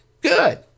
Good